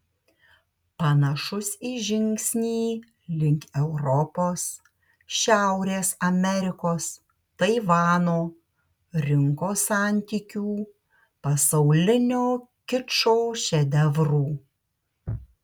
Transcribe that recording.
panašus į žingsnį link europos šiaurės amerikos taivano rinkos santykių pasaulinio kičo šedevrų